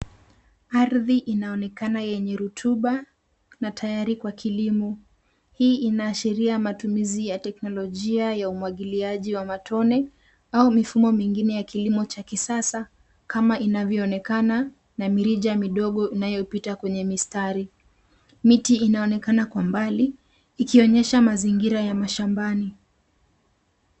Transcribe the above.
Ardhi inaonekana yenye rutuba na tayari kwa kilimo. Hii inaashiria matumizi ya teknolojia ya umwagiliaji wa matone au mifumo mingine ya kilimo cha kisasa kama inavyoonekana na mirija midogo inayopita kwenye mistari. Miti inaonekana kwa mbali, ikionyesha mazingira ya mashambani.